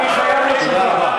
אני חייב לו תשובה.